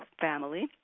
family